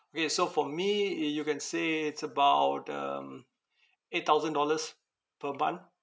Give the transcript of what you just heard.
okay so for me y~ you can say it's about um eight thousand dollars per month